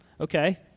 Okay